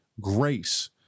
grace